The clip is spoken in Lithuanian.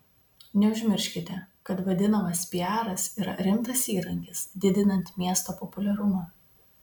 neužmirškite kad vadinamas piaras yra rimtas įrankis didinant miesto populiarumą